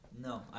No